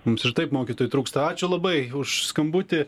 mums ir taip mokytojų trūksta ačiū labai už skambutį